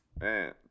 Man